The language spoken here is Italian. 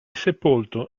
sepolto